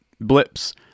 blips